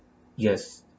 yes